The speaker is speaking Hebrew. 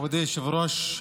מכובדי היושב-ראש,